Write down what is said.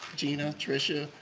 gina, trisha,